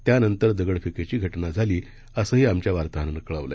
त्यानंतर दगडफेकीची घटना घडली असंही आमच्या वार्ताहरानं कळवलं